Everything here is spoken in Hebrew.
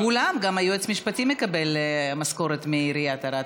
כולם, גם היועץ המשפטי מקבל משכורת מעיריית ערד.